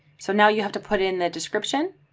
so now you have to put in the description.